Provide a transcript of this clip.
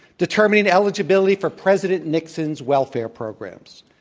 determining eligibility for president nixon's welfare programs.